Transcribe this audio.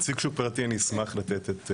נציג שוק פרטי, אני אשמח לתת.